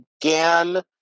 began